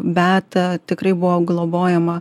beata tikrai buvo globojama